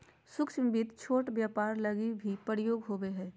सूक्ष्म वित्त छोट व्यापार लगी भी प्रयोग होवो हय